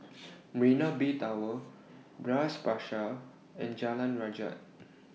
Mena Bay Tower Bras Basah and Jalan Rajah